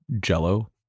Jello